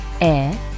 Air